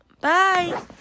Bye